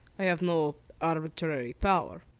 i have no arbitrary power.